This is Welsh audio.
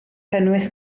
cynnwys